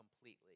completely